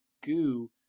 goo